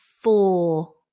four